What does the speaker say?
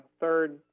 third